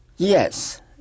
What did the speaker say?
Yes